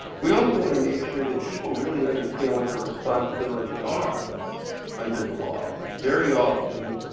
we also want to make sure that people really understand what their responsibilities are under the law. very often,